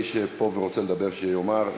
מי שנמצא פה ורוצה לדבר, שיאמר.